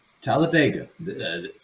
Talladega